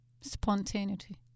Spontaneity